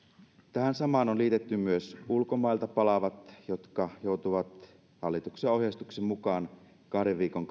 tähän samaan on liitetty myös ulkomailta palaavat jotka joutuvat hallituksen ohjeistuksen mukaan kahden viikon